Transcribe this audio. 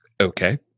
Okay